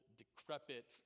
decrepit